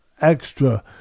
extra